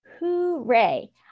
Hooray